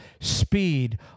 speed